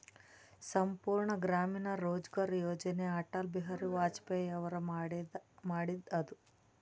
ಸಂಪೂರ್ಣ ಗ್ರಾಮೀಣ ರೋಜ್ಗಾರ್ ಯೋಜನ ಅಟಲ್ ಬಿಹಾರಿ ವಾಜಪೇಯಿ ಅವರು ಮಾಡಿದು ಅದ